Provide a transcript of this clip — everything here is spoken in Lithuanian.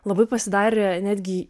labai pasidarė netgi